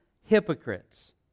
hypocrites